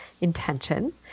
intention